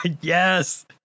Yes